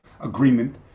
agreement